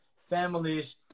families –